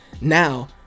now